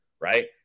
right